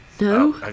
no